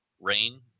Rain